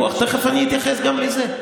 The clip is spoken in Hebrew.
תכף אני אתייחס גם לזה.